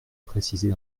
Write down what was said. préciser